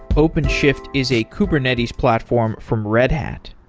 openshift is a kubernetes platform from red hat.